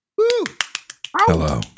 Hello